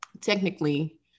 Technically